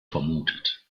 vermutet